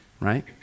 Right